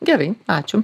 gerai ačiū